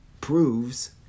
proves